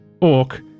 orc